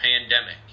pandemic